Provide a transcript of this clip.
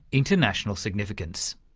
international significance.